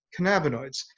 cannabinoids